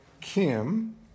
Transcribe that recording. Kim